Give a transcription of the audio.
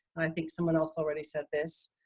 i think someone else already said this.